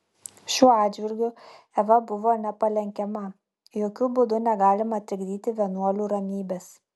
šiuo atžvilgiu eva buvo nepalenkiama jokiu būdu negalima trikdyti vienuolių ramybės